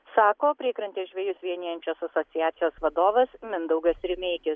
sako priekrantės žvejus vienijančios asociacijos vadovas mindaugas rimeikis